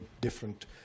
different